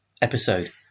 episode